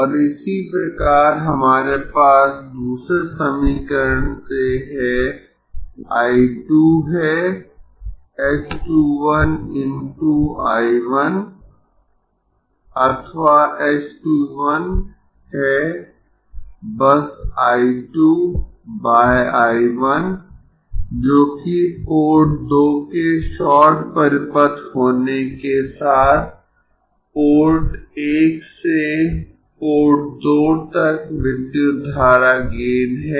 और इसी प्रकार हमारे पास दूसरे समीकरण से है I 2 है h 2 1 × I 1 अथवा h 2 1 है बस I 2 बाय I 1 जो कि पोर्ट 2 के शॉर्ट परिपथ होने के साथ पोर्ट 1 से पोर्ट 2 तक विद्युत धारा गेन है